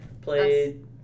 Played